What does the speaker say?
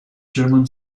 german